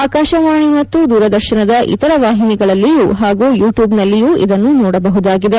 ಆಕಾಶವಾಣಿ ಮತ್ತು ದೂರದರ್ಶನದ ಇತರ ವಾಹಿನಿಗಳಲ್ಲಿಯೂ ಹಾಗೂ ಯೂಟ್ಟೂಬ್ನಲ್ಲಿಯೂ ಇದನ್ನು ನೋಡಬಹುದಾಗಿದೆ